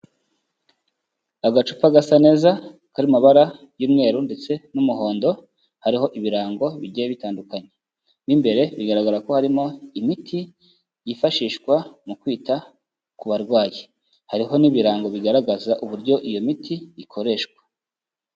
Agacupa gasa neza kari mu mabara y'umweru ndetse n'umuhondo, hariho ibirango bigiye bitandukanye, mo imbere bigaragara ko harimo imiti yifashishwa mu kwita ku barwayi, hariho n'ibirango bigaragaza uburyo iyo miti ikoreshwa.